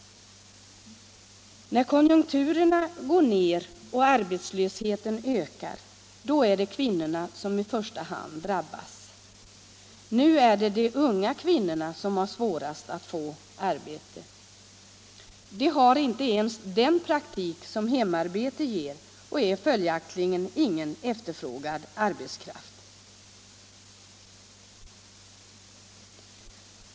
När konjunkturerna går ner och arbetslösheten ökar är det kvinnorna som i första hand drabbas. Nu är det de unga kvinnorna som har svårast att få arbete. De har inte ens den praktik som hemarbete ger och är följaktligen ingen efterfrågad arbetskraft.